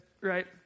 right